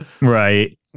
right